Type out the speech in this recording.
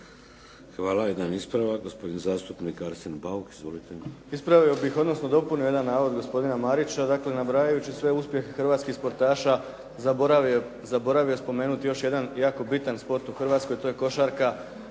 Hvala. Jedan ispravak. Gospodin zastupnik Arsen Bauk. Izvolite. **Bauk, Arsen (SDP)** Ispravio bih odnosno dopunio jedan navod gospodina Marića. Dakle, na kraju sve uspjeh hrvatskih sportaša zaboravio je spomenuti još jedan jako bitan sport u Hrvatskoj, a to je košarka